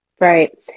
Right